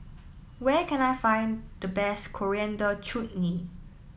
where can I find the best Coriander Chutney